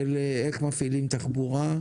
של איך מפעילים תחבורה,